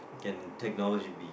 can technology be